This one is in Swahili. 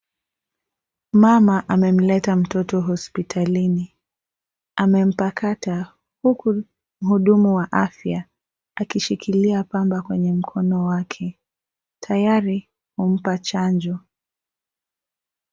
Mama amemleta mtoto hospitalini. Amempakata huku mhudumu wa afya akishikilia pamba kwenye mkono wake tayari kumpa chanjo.